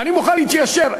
אני מוכן להתיישר.